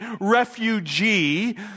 refugee